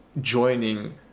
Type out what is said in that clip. joining